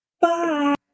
Bye